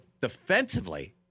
defensively